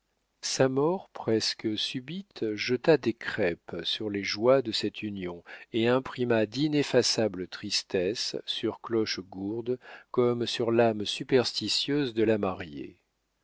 sa mort presque subite jeta des crêpes sur les joies de cette union et imprima d'ineffaçables tristesses sur clochegourde comme sur l'âme superstitieuse de la mariée